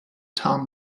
tom